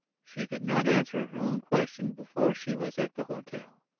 she could not answer her own question before she was at the hotel.